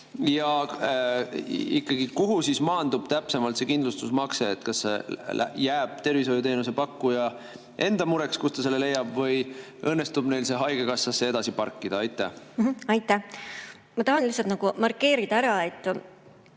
Ja ikkagi, kuhu maandub täpsemalt see kindlustusmakse – kas see jääb tervishoiuteenuse pakkuja enda mureks, kust ta selle leiab, või õnnestub neil see haigekassasse edasi parkida? Aitäh! Ma tahan lihtsalt markeerida ära, et